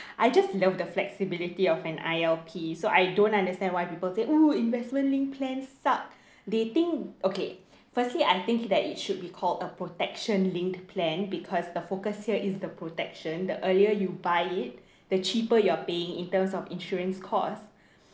I just love the flexibility of an I_L_P so I don't understand why people think oh investment linked plans suck they think okay firstly I think that it should be called a protection linked plan because the focus here is the protection the earlier you buy it the cheaper you are paying in terms of insurance costs